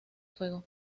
fuego